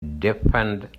deafened